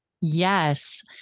Yes